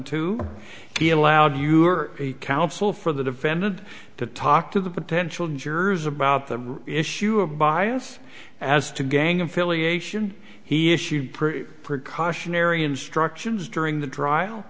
two he allowed you are a counsel for the defendant to talk to the potential jurors about the issue of bias as to gang affiliation he issued precautionary instructions during the trial